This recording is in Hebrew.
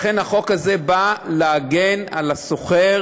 לכן, החוק הזה בא להגן על השוכר,